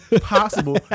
possible